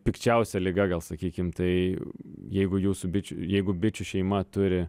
pikčiausia liga gal sakykim tai jeigu jūsų bičių jeigu bičių šeima turi